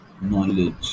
knowledge